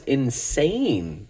insane